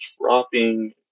dropping